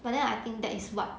but then I think that is what